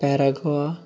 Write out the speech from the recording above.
paraguay